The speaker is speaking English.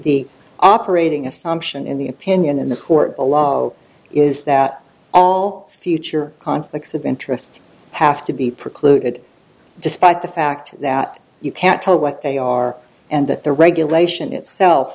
the operating assumption in the opinion in the court a law is that all future conflicts of interest have to be precluded despite the fact that you can't tell what they are and that the regulation itself